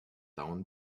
down